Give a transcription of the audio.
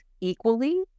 equally